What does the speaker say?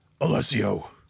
Alessio